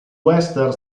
western